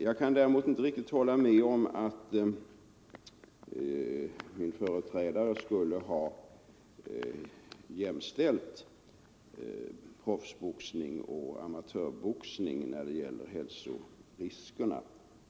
Jag kan emellertid inte riktigt hålla med om att min företrädare skulle ha jämställt proffsboxning och amatörboxning när det gäller hälsoriskerna.